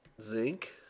Zinc